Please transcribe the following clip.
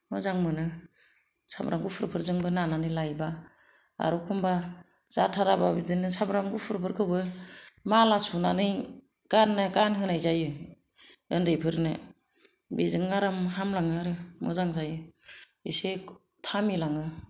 मोजां मोनो सामब्राम गुफुरफोरजोंबो नानानै लायोबा आरो अखम्बा जाथाराबा बिदिनो सामब्राम गुफुरफोरखौबो माला सुनानै गाननो गानहोनाय जायो ओन्दैफोरनो बेजों आराम हामलाङो आरो मोजां जायो एसे थामिलाङो